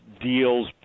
deals